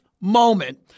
moment